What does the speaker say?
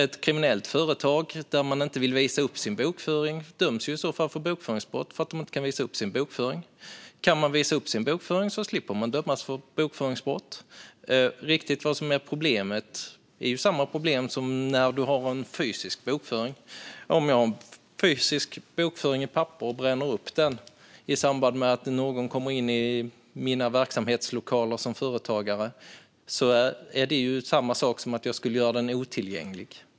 Ett kriminellt företag som inte vill visa upp sin bokföring döms i så fall för bokföringsbrott. Ett företag som kan visa upp sin bokföring slipper dömas för bokföringsbrott. Det är samma problem med fysisk bokföring. Om bokföringen finns fysiskt i pappersform och den bränns upp i samband med att någon kommer in i företagets verksamhetslokaler är det samma sak som att göra bokföringen otillgänglig.